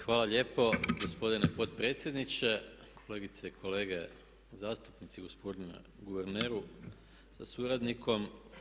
Hvala lijepo gospodine potpredsjedniče, kolegice i kolege zastupnici, gospodine guverneru sa suradnikom.